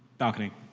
balcony.